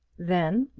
then,